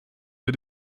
für